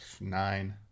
Nine